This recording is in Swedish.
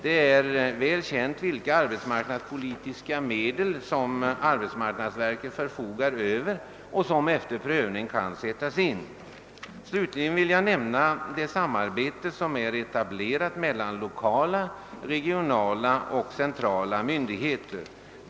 Det är väl känt vilka arbetsmarknadspolitiska medel som arbetsmarknadsverket förfogar över och som efter prövning kan sättas in. Slutligen vill jag nämna det samarbete som är etablerat mellan lokala, regionala och centrala myndigheter.